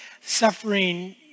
suffering